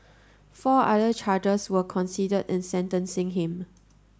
four other charges were considered in sentencing him